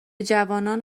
جوانان